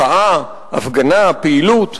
מחאה, הפגנה, פעילות,